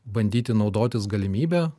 bandyti naudotis galimybe